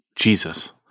Jesus